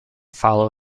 follow